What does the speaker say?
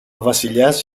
βασιλιάς